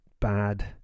bad